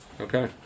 Okay